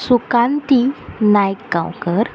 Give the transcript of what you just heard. Sukanti Naik Gaonkar